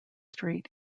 street